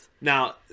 now